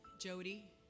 Jody